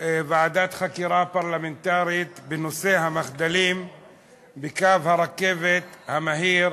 ועדת חקירה פרלמנטרית בנושא: המחדלים בקו הרכבת המהיר